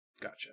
Gotcha